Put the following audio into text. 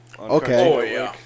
Okay